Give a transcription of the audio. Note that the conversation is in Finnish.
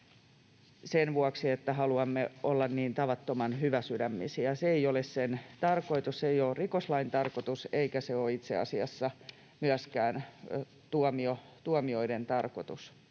sen vuoksi, että haluamme olla niin tavattoman hyväsydämisiä. Se ei ole sen tarkoitus. Se ei ole rikoslain tarkoitus, eikä se ole itse asiassa myöskään tuomioiden tarkoitus,